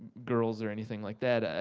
girls or anything like that. ah